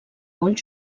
molt